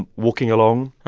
walking along,